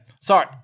Sorry